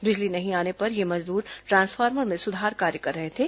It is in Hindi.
बिजली नहीं आने पर ये मजदूर ट्रांसफार्मर में सुधार कार्य कर रहे थे